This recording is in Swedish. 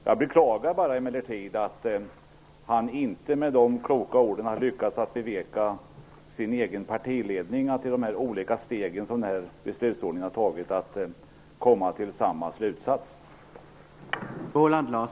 Jag beklagar emellertid att han inte med de kloka orden har lyckats beveka sin egen partiledning att i de olika stegen fram till ställningstagandet komma till samma slutsats.